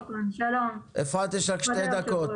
יש לך שתי דקות.